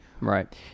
Right